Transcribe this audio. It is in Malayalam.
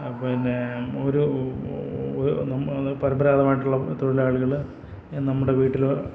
അത് പിന്നേ ഒരു നമ്മൾ പരമ്പരാഗതമായിട്ടുള്ള തൊഴിലാളികൾ നമ്മുടെ വീട്ടിലോ